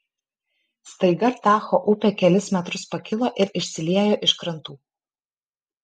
staiga tacho upė kelis metrus pakilo ir išsiliejo iš krantų